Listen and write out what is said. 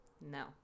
no